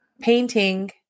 painting